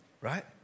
right